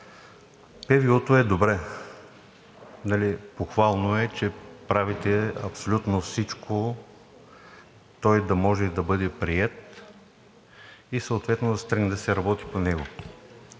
ПВУ-то е добре. Похвално е, че правите абсолютно всичко той да може да бъде приет и съответно да се тръгне да се работи по него.